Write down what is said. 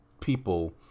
people